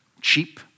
cheap